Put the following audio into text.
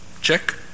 Check